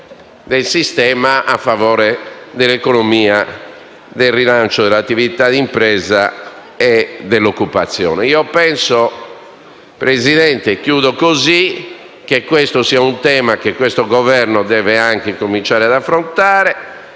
del sistema a favore dell'economia, del rilancio dell'attività d'impresa e dell'occupazione. Penso, signor Presidente, che questo sia un tema che il Governo debba cominciare ad affrontare.